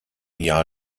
jahr